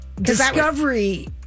Discovery